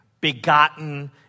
begotten